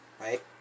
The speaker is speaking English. Right